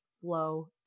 flow